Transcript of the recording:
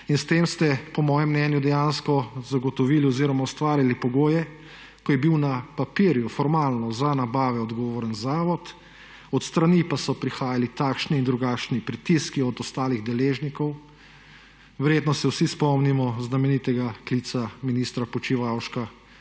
S tem ste po mojem mnenju dejansko ustvarili pogoje, ko je bil na papirju formalno za nabave odgovoren zavod, od strani pa so prihajali takšni in drugačni pritiski od ostalih deležnikov. Verjetno se vsi spomnimo znamenitega klica ministra Počivalška